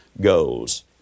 goals